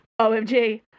OMG